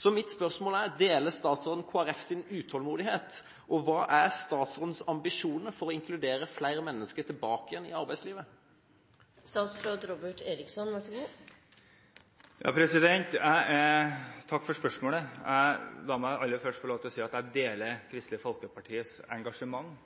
Så mitt spørsmål er: Deler statsråden Kristelig Folkepartis utålmodighet? Og hva er statsrådens ambisjoner for å inkludere flere mennesker inn i arbeidslivet igjen? Takk for spørsmålet. La meg aller først få si at jeg deler Kristelig Folkepartis engasjement